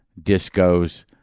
discos